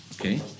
Okay